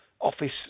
office